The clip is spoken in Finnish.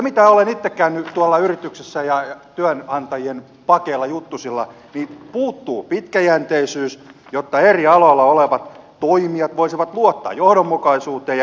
mitä olen itse käynyt yrityksissä ja työnantajien pakeilla juttusilla niin puuttuu pitkäjänteisyys jotta eri aloilla olevat toimijat voisivat luottaa johdonmukaisuuteen ja ennakoitavuuteen